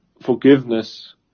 forgiveness